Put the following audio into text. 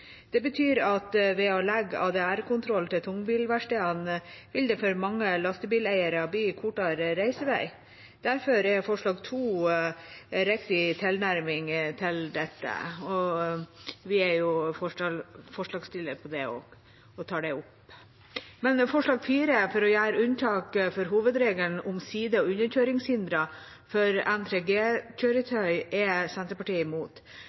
å legge ADR-kontroll til tungbilverkstedene vil det for mange lastebileiere bli kortere reisevei. Derfor er forslag nr. 2 riktig tilnærming til dette. Vi er også forslagsstillere på det, og det er tatt opp. Men forslag nr. 4, om å gjøre unntak fra hovedregelen om side- og underkjøringshindre for N3G-kjøretøy, er Senterpartiet imot.